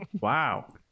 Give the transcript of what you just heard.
Wow